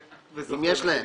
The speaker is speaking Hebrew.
אם יש להם.